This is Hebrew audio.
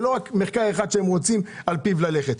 לא רק ממחקר שהם רוצים על פיו ללכת.